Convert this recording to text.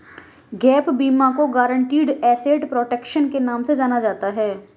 gap बीमा को guaranteed asset protection के नाम से जाना जाता है